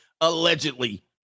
Allegedly